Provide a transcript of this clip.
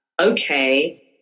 okay